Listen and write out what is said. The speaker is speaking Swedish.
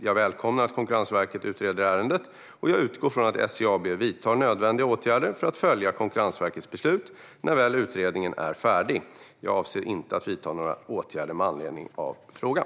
Jag välkomnar att Konkurrensverket utreder ärendet, och jag utgår från att SJ AB vidtar nödvändiga åtgärder för att följa Konkurrensverkets beslut när väl utredningen är färdig. Jag avser inte att vidta några åtgärder med anledning av frågan.